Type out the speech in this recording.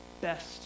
best